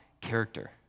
character